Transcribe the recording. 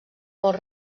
molt